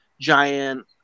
giant